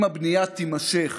אם הבנייה תימשך